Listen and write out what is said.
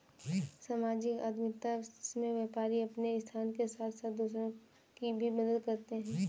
सामाजिक उद्यमिता में व्यापारी अपने उत्थान के साथ साथ दूसरों की भी मदद करते हैं